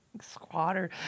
squatter